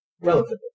Relatively